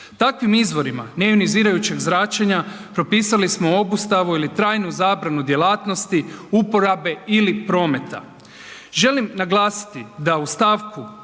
Takvim izvorima neionizirajućeg zračenja propisali smo obustavu ili trajnu zabranu djelatnosti uporabe ili prometa. Želim naglasiti da u st.